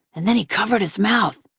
and then he covered his mouth.